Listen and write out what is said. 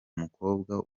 mukobwa